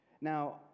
Now